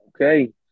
Okay